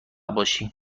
باشی